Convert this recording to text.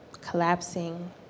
collapsing